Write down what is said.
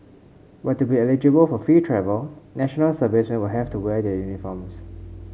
but to be eligible for free travel National Serviceman will have to wear their uniforms